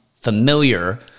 familiar